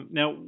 now